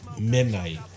midnight